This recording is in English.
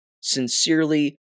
Sincerely